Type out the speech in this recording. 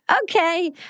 okay